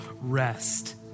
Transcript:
rest